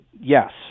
yes